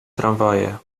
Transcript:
tramwaje